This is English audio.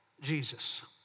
Jesus